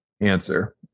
answer